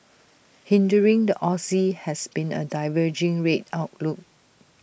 hindering the Aussie has been A diverging rate outlook